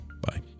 bye